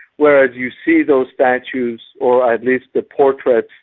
whereas you see those statues, or at least the portraits,